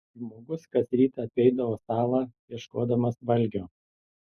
žmogus kas rytą apeidavo salą ieškodamas valgio